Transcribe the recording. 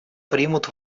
примут